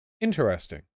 Interesting